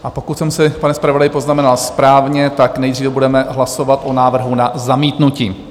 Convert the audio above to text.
A pokud jsem si, pane zpravodaji, poznamenal správně, tak nejdříve budeme hlasovat o návrhu na zamítnutí.